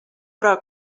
però